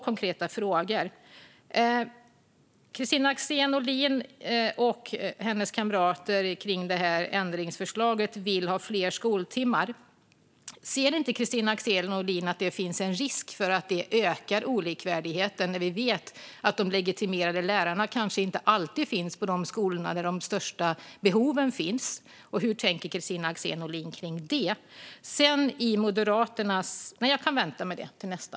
Kristina Axén Olin och hennes kamrater vill i sitt ändringsförslag ha fler skoltimmar. Ser inte Kristina Axén Olin att det finns en risk för att det ökar olikvärdigheten när vi vet att de legitimerade lärarna inte alltid finns på de skolor där de största behoven finns? Hur tänker Kristina Axén Olin om detta?